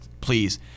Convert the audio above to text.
Please